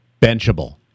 benchable